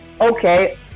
Okay